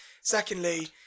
secondly